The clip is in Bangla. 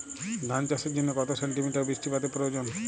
ধান চাষের জন্য কত সেন্টিমিটার বৃষ্টিপাতের প্রয়োজন?